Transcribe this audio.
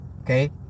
Okay